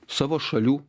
savo šalių